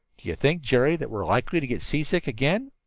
do you think, jerry, that we're likely to get seasick again?